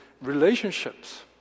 relationships